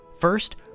First